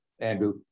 Andrew